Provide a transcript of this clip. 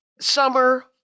summer